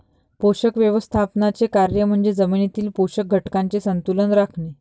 पोषक व्यवस्थापनाचे कार्य म्हणजे जमिनीतील पोषक घटकांचे संतुलन राखणे